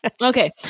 Okay